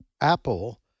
Apple